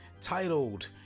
titled